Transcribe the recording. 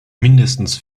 mindestens